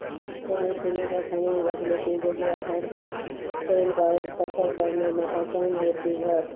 کچھ کھانے پینے کا سامان رکھ لیتی ہوں جو کہ آسان کا ٹرین کا سفر کرنے میں آسان ہوتی ہے